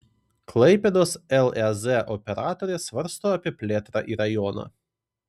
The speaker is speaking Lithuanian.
klaipėdos lez operatorė svarsto apie plėtrą į rajoną